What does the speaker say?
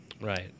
Right